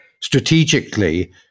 strategically